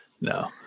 No